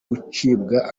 gucibwa